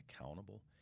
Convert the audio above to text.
accountable